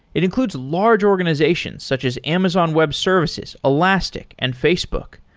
it includes large organizations such as amazon web services, elastic and facebook.